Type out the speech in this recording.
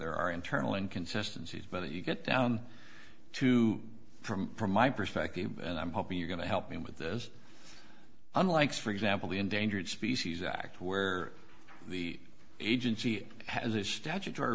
there are internal inconsistency is but you get down to from from my perspective and i'm hoping you're going to help me with this unlike for example the endangered species act where the agency has its statutory